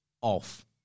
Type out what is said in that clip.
off